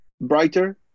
brighter